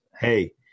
hey –